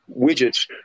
widgets